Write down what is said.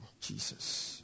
Jesus